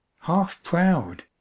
half-proud